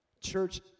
Church